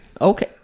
Okay